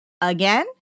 Again